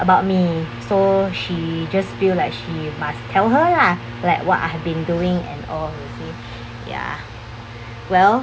about me so she just feel like she must tell her lah like what I have been doing and all you see ya well